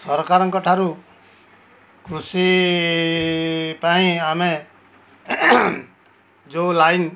ସରକାରଙ୍କ ଠାରୁ କୃଷି ପାଇଁ ଆମେ ଯେଉଁ ଲାଇନ୍